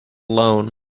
loan